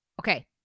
Okay